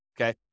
okay